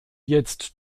jetzt